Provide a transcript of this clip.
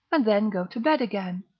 and then go to bed again.